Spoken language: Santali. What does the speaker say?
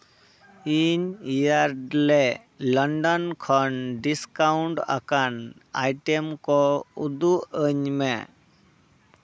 ᱤᱧ ᱮᱭᱟᱨᱰᱞᱮ ᱞᱚᱱᱰᱚᱱ ᱠᱷᱚᱱ ᱰᱤᱥᱠᱟᱣᱩᱱᱴ ᱟᱠᱟᱱ ᱟᱭᱴᱮᱢ ᱠᱚ ᱩᱫᱩᱜ ᱟᱹᱧ ᱢᱮ